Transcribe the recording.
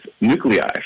nuclei